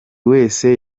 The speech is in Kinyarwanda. wese